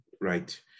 right